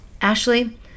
Ashley